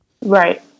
Right